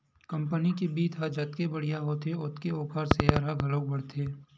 company के बित्त ह जतके बड़िहा होथे ओतके ओखर सेयर ह घलोक बाड़थे